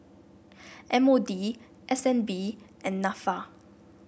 M O D S N B and NAFA